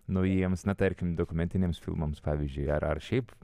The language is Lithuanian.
naujiems na tarkim dokumentiniams filmams pavyzdžiui ar ar šiaip